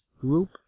group